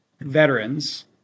veterans